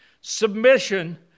Submission